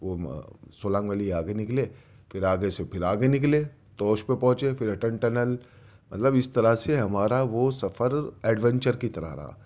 وہ سولانگ ویلی آگے نکلے پھر آگے سے پھر آگے نکلے تو اس پہ پہنچے پھر اٹل ٹنل مطلب اس طرح سے ہمارا وہ سفر ایڈونچر کی طرح رہا